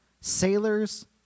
sailors